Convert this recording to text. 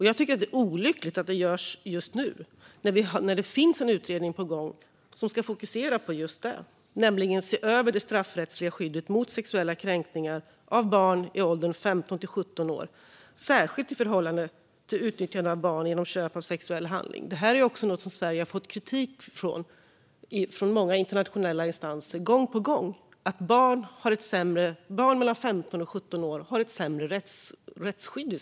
Jag tycker att det är olyckligt att det görs just nu, när det finns en utredning på gång som ska fokusera just på att se över det straffrättsliga skyddet mot sexuella kränkningar av barn i åldern 15-17 år, särskilt i förhållande till utnyttjande av barn genom sexuell handling. Att barn mellan 15 och 17 år har ett sämre rättsskydd i Sverige är något som Sverige gång på gång har fått kritik för från många internationella instanser.